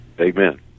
Amen